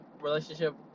relationship